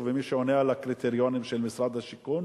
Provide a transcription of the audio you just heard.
ומי שעונה על הקריטריונים של משרד השיכון